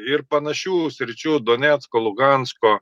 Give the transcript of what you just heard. ir panašių sričių donecko lugansko